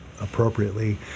appropriately